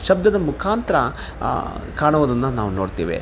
ಶಬ್ದದ ಮುಖಾಂತ್ರ ಕಾಣುವುದನ್ನ ನಾವು ನೋಡ್ತೇವೆ